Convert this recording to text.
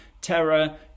terror